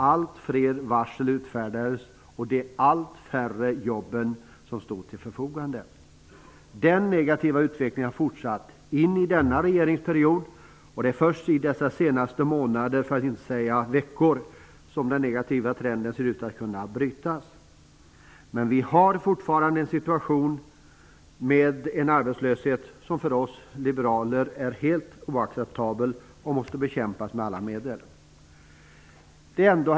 Allt fler varsel utfärdades och allt färre jobb stod till förfogande. Denna negativa utveckling har fortsatt in i nuvarande regeringsperiod, och det är först under de senaste månaderna -- för att inte säga de senaste veckorna -- som den negativa trenden ser ut att kunna brytas. Men vi har fortfarande en situation med en arbetslöshet som för oss liberaler är helt oacceptabel och som måste bekämpas med alla medel. Herr talman!